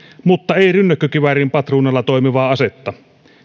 mutta ei rynnäkkökiväärin patruunalla toimivaa asetta